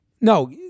no